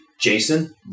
Jason